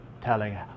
telling